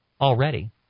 already